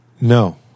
No